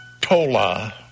Tola